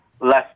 less